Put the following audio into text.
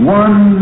one